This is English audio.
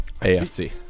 AFC